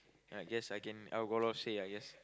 I guess I can I got a lot of say I guess